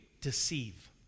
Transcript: Deceive